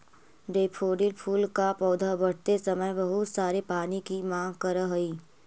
daffodil फूल का पौधा बढ़ते समय बहुत सारे पानी की मांग करअ हई